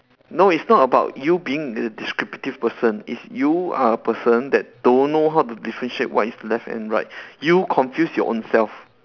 no it's not about you being a descriptive person it's you are a person that don't know how to differentiate what is left and right you confuse your own self